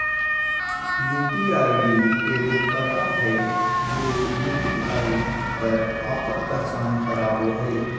UPI ID एगो पता हइ जे यू.पी.आई पर आपन पहचान करावो हइ